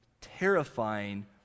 terrifying